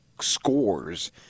scores